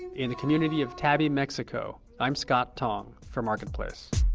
in the community of tabi, mexico, i'm scott tong for marketplace